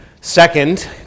Second